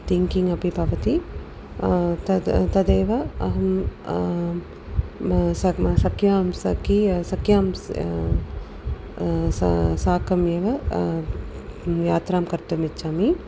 तिन्किन्ङ् अपि भवति तद् तदेव अहं मम साक् सख्यां सखि सख्यां सा साकमेव यात्रां कर्तुम् इच्छामि